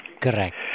Correct